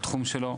בתחום שלו,